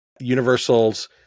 Universal's